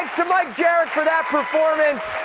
to mike jerrick for that performance.